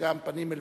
וגם פנים אל פנים.